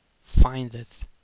findeth